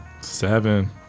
Seven